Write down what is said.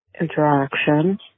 interaction